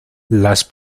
las